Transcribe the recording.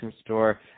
store